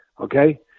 okay